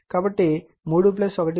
కాబట్టి 3 1 0